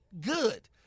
good